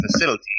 Facility